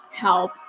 help